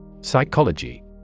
Psychology